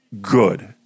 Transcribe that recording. Good